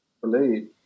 Believe